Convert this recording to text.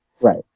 Right